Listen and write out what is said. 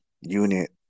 unit